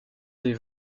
des